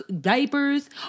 diapers